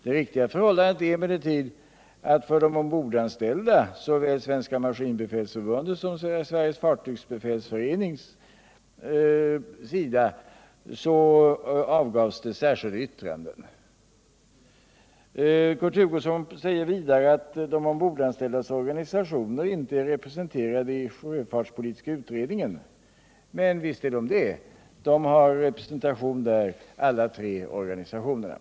Det riktiga förhållandet är emellertid att de ombordanställda — såväl Svenska maskinbefälsförbundet som Sveriges fartygsbefälsförening — avgav särskilda yttranden. Kurt Hugosson säger vidare att de ombordanställdas organisationer inte är representerade i sjöfartspolitiska utredningen. Men visst är de det. Alla tre organisationerna är representerade där.